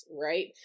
right